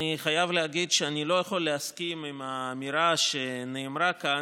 אני חייב להגיד שאני לא יכול להסכים לאמירה שנאמרה כאן,